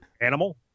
Animal